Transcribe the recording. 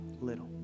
little